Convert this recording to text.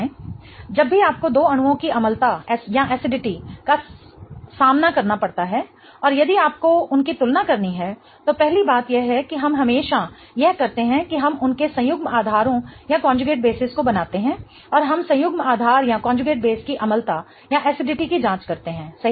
जब भी आपको दो अणुओं की अम्लता का सामना करना पड़ता है और यदि आपको उनकी तुलना करनी है तो पहली बात यह है कि हम हमेशा यह करते हैं कि हम उनके संयुग्म आधारों को बनाते हैं और हम संयुग्म आधार की अम्लता की जाँच करते हैं सही